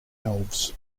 elves